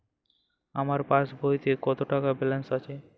আমার পাসবইতে কত টাকা ব্যালান্স আছে?